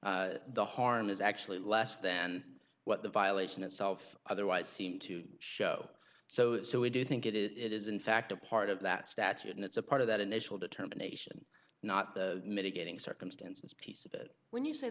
grant the harm is actually less than what the violation itself otherwise seemed to show so that so i do think it is in fact a part of that statute and it's a part of that initial determination not the mitigating circumstances piece of it when you say